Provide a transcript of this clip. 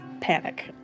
panic